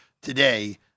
today